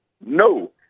no